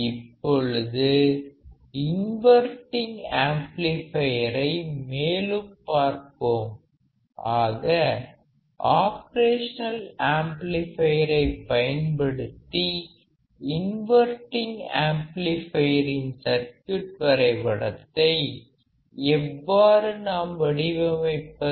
இப்பொழுது இன்வர்ட்டிங் ஆம்ப்பிளிபையரை மேலும் பார்ப்போம் ஆக ஆப்பரேஷன் ஆம்ப்ளிபையரை பயன்படுத்தி இன்வர்டிங் ஆம்ப்ளிஃபையரின் சர்க்யூட் வரைபடத்தை எவ்வாறு நாம் வடிவமைப்பது